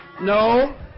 No